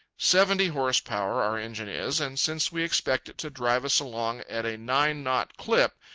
seventy horse-power our engine is, and since we expect it to drive us along at a nine-knot clip,